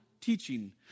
teaching